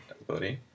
ability